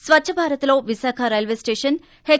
స్వఛ్చభారత్ లో Visakha railway station H